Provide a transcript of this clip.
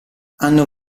hanno